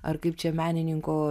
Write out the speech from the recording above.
ar kaip čia menininko